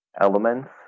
elements